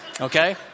Okay